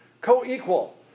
Co-equal